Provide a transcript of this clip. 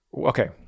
okay